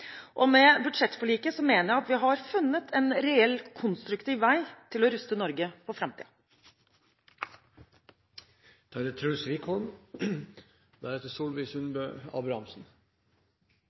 Og med budsjettforliket mener jeg at vi har funnet en reell, konstruktiv vei til å ruste Norge for